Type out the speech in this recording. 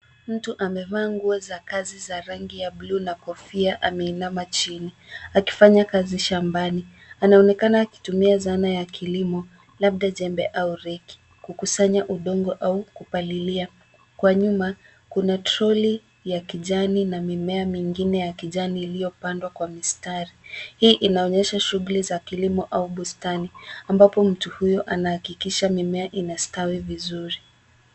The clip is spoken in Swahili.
Mtu amevaa nguo za kazi za rangi ya bluu na kofia ameinama chini akifanya kazi shambani. Anaonekana akitumia zana za kilimo, labda jembe au reki, kukusanya udongo au kupalilia. Kwa nyuma, kuna troli ya kijani na mimema mingine ya kijani iliyopandwa kwa mistari. Hii inaonyesha shughuli za kilimo au bustani, ambapo mtu huyo anahakikisha mimea inastawi vizuri.